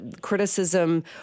criticism